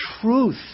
truth